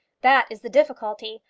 that is the difficulty.